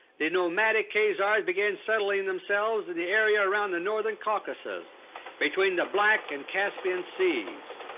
the nomadic khazars began settling themselves in the area around the northern caucasus between the black and caspian seas.